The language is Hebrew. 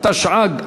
התשע"ג 2013,